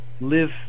live